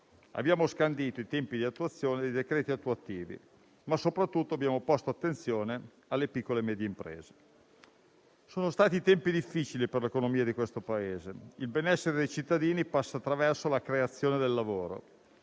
Abbiamo scandito i tempi di attuazione dei decreti attuativi, ma soprattutto abbiamo posto attenzione alle piccole e medie imprese. Sono stati tempi difficili per l'economia di questo Paese. Il benessere dei cittadini passa attraverso la creazione del lavoro.